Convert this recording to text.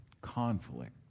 conflict